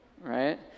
right